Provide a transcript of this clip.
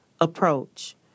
approach